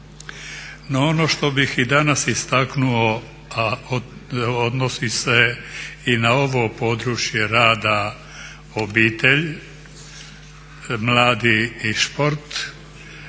No ono što bih i danas istaknuo, a odnosi se i na ovo područje rada obitelj, mladi i sport,